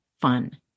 fun